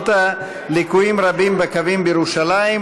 ליקויים רבים בתחבורה הציבורית בירושלים,